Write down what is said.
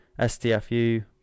SDFU